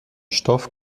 stoff